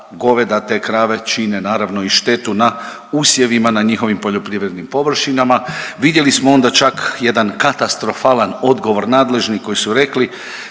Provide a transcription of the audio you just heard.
goveda, te krave čine naravno i štetu na usjevima na njihovim poljoprivrednim površinama. Vidjeli smo onda čak jedan katastrofalan odgovor nadležnih koji su rekli